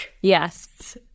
Yes